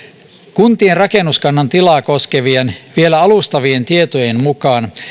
kuntien rakennuskannan tilaa koskevien vielä alustavien tietojen mukaan